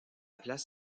place